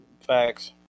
facts